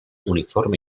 uniforme